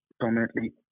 dominantly